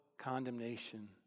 condemnation